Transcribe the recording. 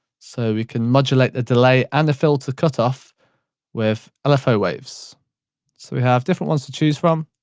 so we can modulate the delay and the filtered cutoff with lfo waves. so we have different ones to choose from,